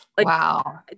Wow